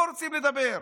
לא רוצים לדבר.